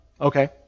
Okay